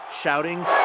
shouting